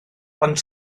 ond